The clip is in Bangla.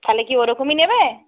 তাহলে কি ওরকমই নেবে